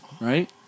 right